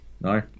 No